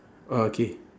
oh K